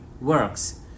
works